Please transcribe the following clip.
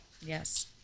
Yes